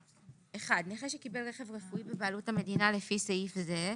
(ד)(1) נכה שקיבל רכב רפואי בבעלות המדינה לפי סעיף זה,